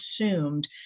assumed